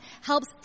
helps